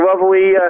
lovely